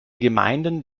gemeinden